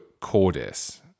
cordis